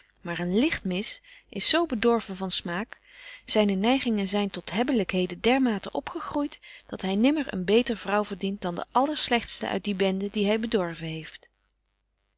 maar een lichtmis is zo bedorven van smaak zyne neigingen zyn tot heblykheden dermate opgegroeit dat hy nimmer een beter vrouw verdient dan de allerslegtste uit die bende die hy bedorven heeft